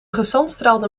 gezandstraalde